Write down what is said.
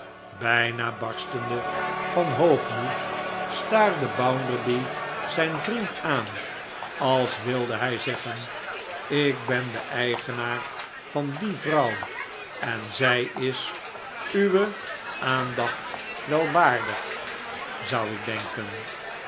bijna barstende van hoogmoed staarde bounderby zijn vriend aan als wilde hij zeggen ik ben de eigenaar van die vrouw en zij is uwe aandacht wel waardig zou ik denken